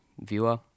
viewer